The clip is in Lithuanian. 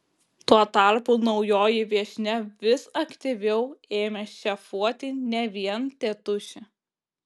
tuo tarpu naujoji viešnia vis aktyviau ėmė šefuoti ne vien tėtušį